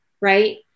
right